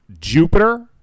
Jupiter